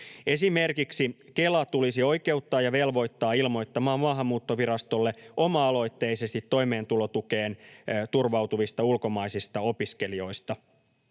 Esimerkiksi Kela tulisi oikeuttaa ja velvoittaa ilmoittamaan Maahanmuuttovirastolle oma-aloitteisesti toimeentulotukeen turvautuvista ulkomaisista opiskelijoista.